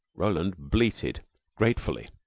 roland bleated gratefully.